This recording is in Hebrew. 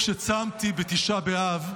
כשצמתי בתשעה באב,